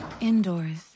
indoors